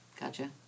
Gotcha